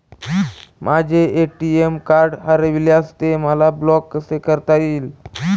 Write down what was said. माझे ATM card हरविल्यास ते मला ब्लॉक कसे करता येईल?